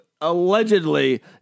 allegedly